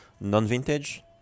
non-vintage